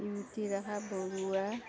Beauty Rekha Barua